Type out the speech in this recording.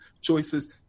choices